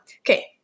Okay